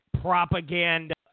propaganda